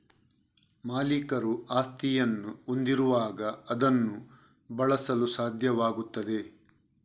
ಮಾಲೀಕರು ಆಸ್ತಿಯನ್ನು ಹೊಂದಿರುವಾಗ ಅದನ್ನು ಬಳಸಲು ಸಾಧ್ಯವಾಗುತ್ತದೆ